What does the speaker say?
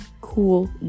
cool